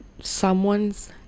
someone's